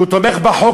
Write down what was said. שהוא תומך בחוק,